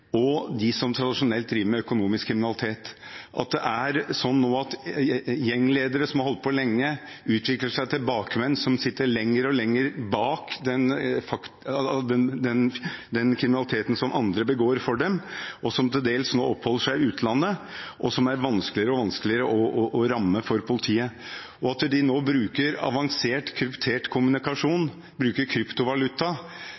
og de som tradisjonelt driver med økonomisk kriminalitet. Det er sånn nå at gjengledere som har holdt på lenge, utvikler seg til bakmenn som sitter lenger og lenger bak den kriminaliteten som andre begår for dem. De oppholder seg til dels i utlandet og er vanskeligere og vanskeligere å ramme for politiet. De bruker avansert kryptert kommunikasjon, bruker kryptovaluta, metoder som gjør at de redskapene politiet har hatt til nå,